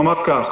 המצב הזה,